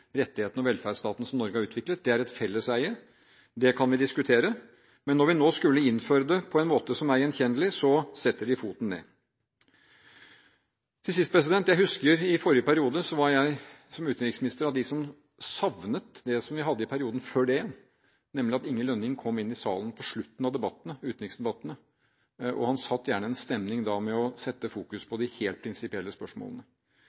rettighetene og velferdsstaten som Norge har utviklet; det er et felleseie. Det kan vi diskutere. Men når vi nå skulle innføre det på en måte som er gjenkjennelig, setter de foten ned. Helt til sist: Jeg husker at i forrige periode var jeg som utenriksminister av dem som savnet det vi hadde i perioden før det igjen, nemlig at Inge Lønning kom inn i salen på slutten av utenriksdebattene. Da satte han gjerne en stemning ved å fokusere på de helt prinsipielle spørsmålene.